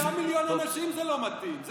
9 מיליון אנשים לא מתאים להם.